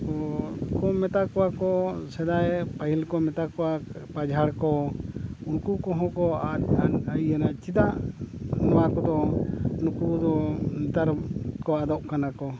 ᱩᱱᱠᱩ ᱠᱚ ᱢᱮᱛᱟ ᱠᱚᱣᱟ ᱠᱚ ᱥᱮᱫᱟᱭ ᱯᱟᱦᱤᱞ ᱠᱚ ᱢᱮᱛᱟ ᱠᱚᱣᱟ ᱯᱟᱡᱷᱟᱲ ᱠᱚ ᱱᱩᱠᱩ ᱠᱚᱦᱚᱸ ᱠᱚ ᱟᱫ ᱤᱫᱤᱭᱮᱱᱟ ᱪᱮᱫᱟᱜ ᱱᱚᱣᱟ ᱠᱚᱫᱚ ᱱᱩᱠᱩ ᱫᱚ ᱱᱮᱛᱟᱨᱠᱚ ᱟᱫᱚᱜ ᱠᱟᱱᱟ ᱠᱚ